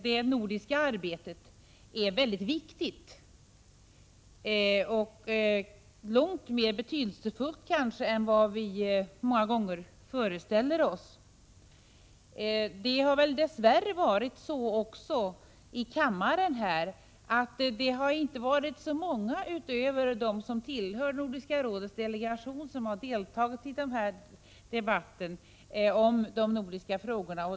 Det nordiska arbetet är mycket viktigt, kanske långt mer betydelsefullt än vi många gånger föreställer oss. Det har dess värre också varit så att det inte varit så många utöver dem som tillhör Nordiska rådets svenska delegation som deltagit i debatten här i kammaren om de nordiska frågorna.